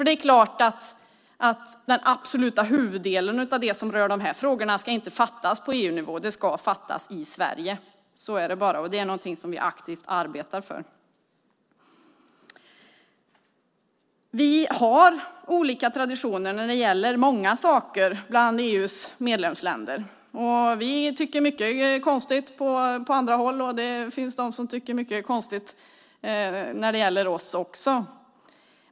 Det är klart att den absoluta huvuddelen av besluten som rör dessa frågor inte ska fattas på EU-nivå utan i Sverige. Så är det bara. Det är någonting som vi aktivt arbetar för. Bland EU:s medlemsländer har man olika traditioner när det gäller många saker. Vi tycker att mycket är konstigt på andra håll, och det finns de som tycker att mycket är konstigt hos oss också.